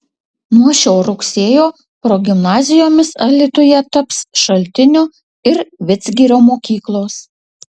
nuo šio rugsėjo progimnazijomis alytuje taps šaltinių ir vidzgirio mokyklos